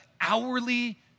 hourly